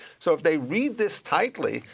so if they read this tightly,